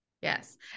yes